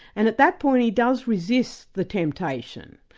and at that point he does resist the temptation.